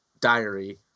diary